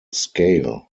scale